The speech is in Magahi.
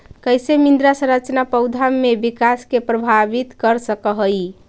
कईसे मृदा संरचना पौधा में विकास के प्रभावित कर सक हई?